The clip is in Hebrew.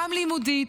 גם לימודית,